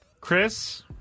Chris